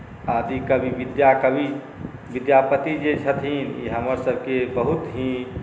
आदिकवि विद्याकवि विद्यापति जे छथिन ई हमरसभके बहुत ही